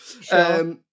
Sure